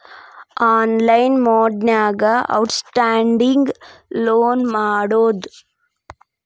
online ಮೊಡ್ನ್ಯಾಗ outstanding loan check ಮಾಡಬೋದು